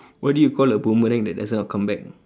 what do you call a boomerang that doesn't know how to come back